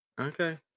Okay